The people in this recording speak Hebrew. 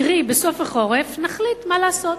קרי בסוף החורף, נחליט מה לעשות.